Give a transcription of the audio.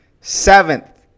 Seventh